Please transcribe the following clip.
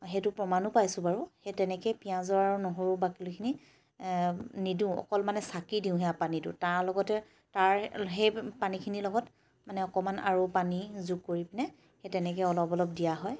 সেইটো প্ৰমাণো পাইছোঁ বাৰু সেই তেনেকৈয়ে আৰু পিঁয়াজৰ আৰু নহৰুৰ বাকলিখিনি নিদোঁ অকল চাকি দিওঁ সেয়া পানীত তাৰ লগতে তাৰ সেই পানীখিনিৰ লগত মানে আৰু অকণমান পানী যোগ কৰি পিনে সেই তেনেকৈয়ে অলপ অলপ দিয়া হয়